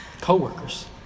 Co-workers